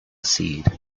seed